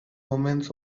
omens